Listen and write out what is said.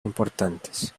importantes